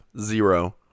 Zero